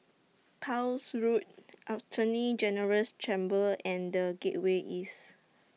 Pepys Road Attorney General's Chambers and The Gateway East